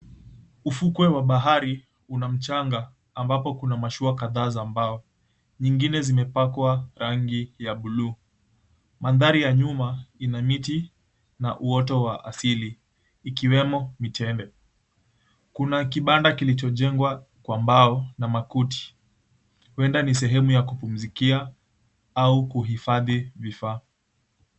Ufukwe wa bahari, kuna mchanga ambapo una mashua kadhaa za mbao, nyingine zimepakwa rangi ya buluu. Manthari ya nyuma ina miti na uote wa asili, ikiwemo mitende. Kuna kibanda kilichojengwa kwa mbao na makuti, huenda ni sehemu ya kupumzikia au kuhifadhi vifaa.